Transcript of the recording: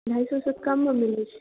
दोसर सँ कम मऽ मिलै छै